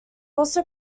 also